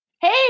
Hey